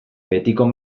betiko